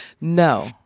No